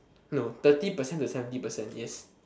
no thirty percent to seventy percent yes